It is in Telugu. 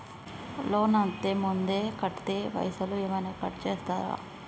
లోన్ అత్తే ముందే కడితే పైసలు ఏమైనా కట్ చేస్తరా?